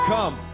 Come